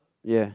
ya